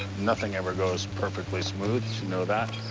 nothing ever goes perfectly smooth, you know that.